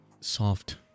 soft